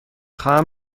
خواهم